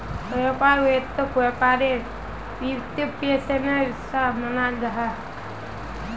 व्यापार वित्तोक व्यापारेर वित्त्पोशानेर सा मानाल जाहा